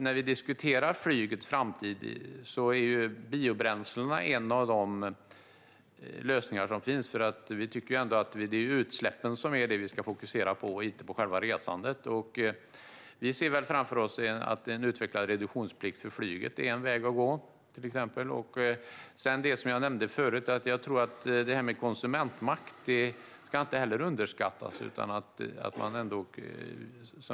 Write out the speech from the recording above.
När vi diskuterar flygets framtid är biobränslen en av de lösningar som finns. Det är ju utsläppen vi ska fokusera på, inte själva resandet. Vi ser framför oss att en utvecklad reduktionsplikt för flyget är en väg att gå. Sedan ska, som jag nämnde förut, detta med konsumentmakt inte underskattas.